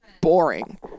boring